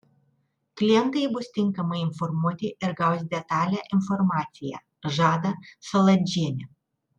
klientai bus tinkamai informuoti ir gaus detalią informaciją žada saladžienė